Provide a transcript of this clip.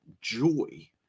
joy